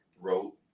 wrote